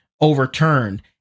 overturned